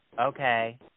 okay